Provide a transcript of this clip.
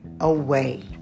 away